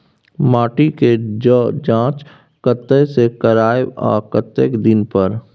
माटी के ज जॉंच कतय से करायब आ कतेक दिन पर?